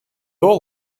all